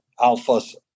Alpha's